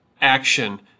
action